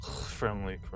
friendly